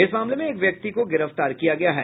इस मामले में एक व्यक्ति को गिरफ्तार किया गया है